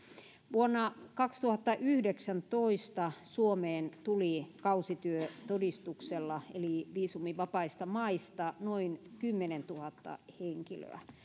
vuonna kaksituhattayhdeksäntoista suomeen tuli kausityötodistuksella eli viisumivapaista maista noin kymmenentuhatta henkilöä